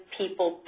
people